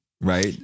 right